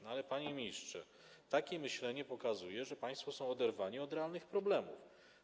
No ale, panie ministrze, takie myślenie pokazuje, że państwo są oderwani od realnych problemów.